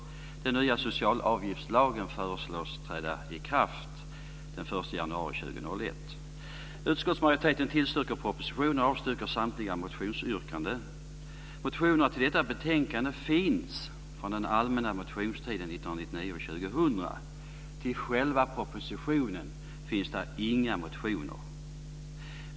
Den nya socialavgiftslagen föreslås träda i kraft den 1 januari 2001. Utskottsmajoriteten tillstyrker propositionen och avstyrker samtliga motionsyrkanden. Motionerna i detta betänkande kommer från den allmänna motionstiden 1999 och 2000. Med anledning av själva propositionen finns inga motioner.